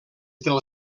del